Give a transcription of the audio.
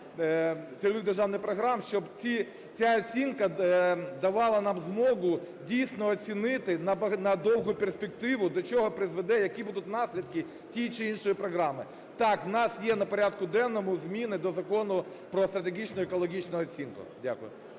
цільових державних програм, щоб ця оцінка давала нам змогу, дійсно, оцінити на довгу перспективу, до чого призведе, які будуть наслідки тієї чи іншої програми. Так, у нас є на порядку денному зміни до Закону "Про стратегічну екологічну оцінку". Дякую.